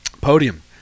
podium